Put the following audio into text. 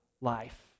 life